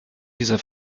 dieser